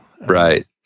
right